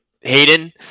hayden